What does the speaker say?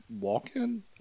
walk-in